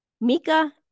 Mika